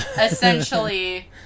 essentially